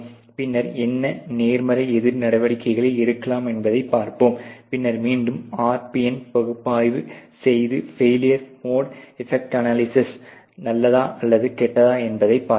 பின்னர் என்ன நேர்மறை எதிர் நடவடிக்கைகளை எடுக்கலாம் என்பதைப் பார்ப்போம் பின்னர் மீண்டும் RPN பகுப்பாய்வு செய்து ஃபெயிலியர் மோடு எபக்ட் அனாலிசிஸ் நல்லதா அல்லது கெட்டதா என்பதைப் பார்க்கலாம்